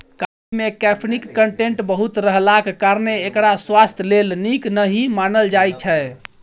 coffee मे कैफीनक content बहुत रहलाक कारणेँ एकरा स्वास्थ्य लेल नीक नहि मानल जाइ छै